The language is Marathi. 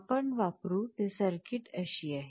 आपण वापरू ते सर्किट अशी आहे